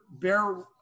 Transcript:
bear